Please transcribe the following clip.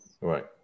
Right